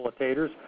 facilitators